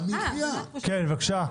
--- בבקשה.